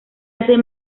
hace